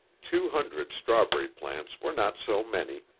two hundred strawberry plants were not so many,